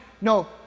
No